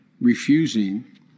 refusing